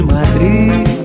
Madrid